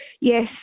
yes